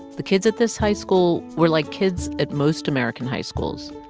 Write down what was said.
the kids at this high school were like kids at most american high schools.